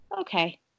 okay